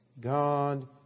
God